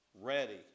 ready